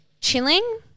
chilling